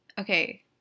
okay